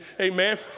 Amen